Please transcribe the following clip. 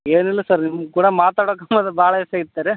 ಏನಿಲ್ಲ ಸರ್ ನಿಮ್ಮ ಕೂಡ ಮಾತಾಡಕ್ಕೆ ಭಾಳ ದಿವ್ಸಾಗಿತ್ತ ರೀ